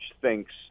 thinks